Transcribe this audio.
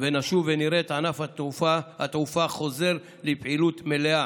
ונשוב ונראה את ענף התעופה חוזר לפעילות מלאה.